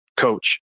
coach